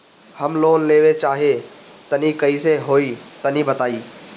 हम लोन लेवल चाह तनि कइसे होई तानि बताईं?